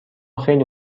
خیلی